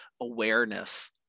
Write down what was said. awareness